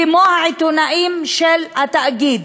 כמו העיתונאים של התאגיד.